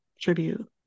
tribute